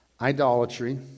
idolatry